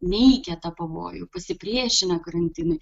neigia tą pavojų pasipriešina karantinui